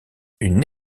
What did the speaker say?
une